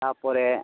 ᱛᱟᱯᱚᱨᱮ